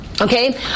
Okay